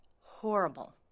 horrible